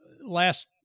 last